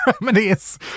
remedies